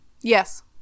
Yes